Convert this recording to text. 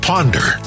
Ponder